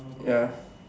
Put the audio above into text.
ya